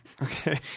Okay